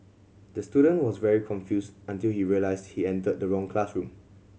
the student was very confused until he realised he entered the wrong classroom